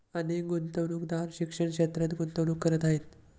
अनेक गुंतवणूकदार शिक्षण क्षेत्रात गुंतवणूक करत आहेत